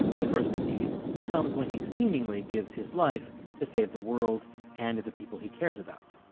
the first of these comes when he seemingly gives his life to save the world and the people he cares about